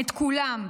את כולם,